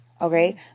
Okay